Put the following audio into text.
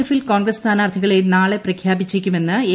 എഫിൽ കോൺഗ്രസ് സ്ഥാനാർത്ഥികളെ നാളെ പ്രഖ്യാപിച്ചേക്കുമെന്ന് എ